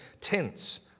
tents